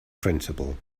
principle